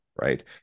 right